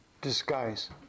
disguise